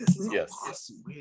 Yes